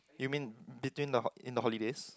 you mean between the hol~ in the holidays